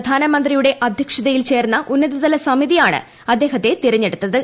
പ്രധാനമന്ത്രിയുടെ അധ്യക്ഷതിയിൽ ചേർന്ന ഉന്നതതല സമിതിയാണ് അദ്ദേഹത്തെ തെരഞ്ഞെടുത്തത്